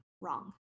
wrong